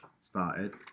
started